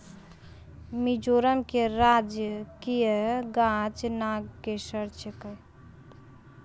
मिजोरम के राजकीय गाछ नागकेशर छै